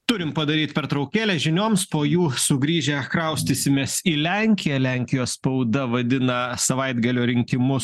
turim padaryt pertraukėlę žinioms po jų sugrįžę kraustysimės į lenkiją lenkijos spauda vadina savaitgalio rinkimus